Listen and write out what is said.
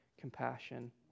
compassion